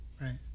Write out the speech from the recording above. Right